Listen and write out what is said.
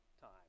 time